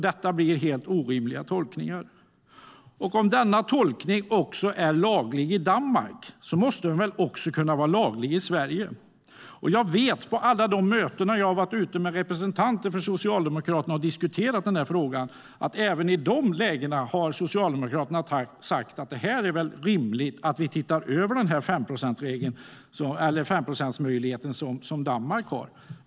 Detta blir helt orimliga tolkningar. Om denna tolkning är laglig i Danmark måste den väl också kunna vara laglig i Sverige? Jag har varit ute på många möten med representanter från Socialdemokraterna och diskuterat denna fråga. Även i dessa lägen har Socialdemokraterna sagt att det är rimligt att man tittar över den möjlighet som finns i Danmark med en eftergift på 5 procent vid vissa avvikelser.